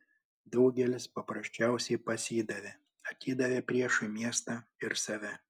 daugelis paprasčiausiai pasidavė atidavė priešui miestą ir save